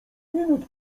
minut